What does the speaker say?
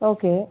okay